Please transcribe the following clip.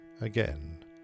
again